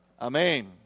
Amen